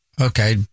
Okay